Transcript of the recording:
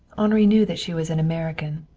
henri knew that she was an american.